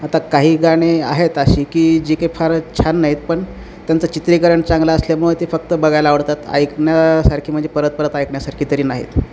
आता काही गाणे आहेत अशी की जी काही फार छान नाहीत पण त्यांचं चित्रीकरण चांगलं असल्यामुळं ते फक्त बघायला आवडतात ऐकण्यासारखे म्हणजे परत परत ऐकण्यासारखी तरी नाहीत